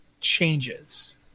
changes